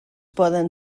poden